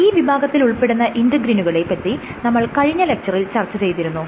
ഈ വിഭാഗത്തിൽ ഉൾപ്പെടുന്ന ഇന്റെഗ്രിനുകളെ പറ്റി നമ്മൾ കഴിഞ്ഞ ലെക്ച്ചറിൽ ചർച്ച ചെയ്തിരുന്നു